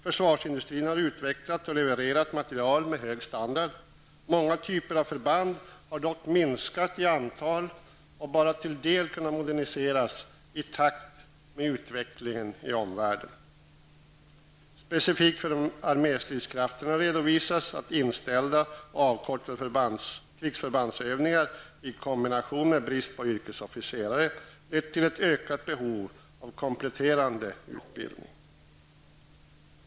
Försvarsindustrin har utvecklat och levererat materiel med hög standard. Många typer av förband har dock minskat i antal och bara till en del kunnat moderniseras i takt med utvecklingen i omvärlden. Specifikt för arméstridskrafterna redovisas att inställda och avkortade krigsförbandsövningar, i kombination med brist yrkesofficerare, lett till ett ökat behov av kompletterande utbildning.